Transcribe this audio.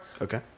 Okay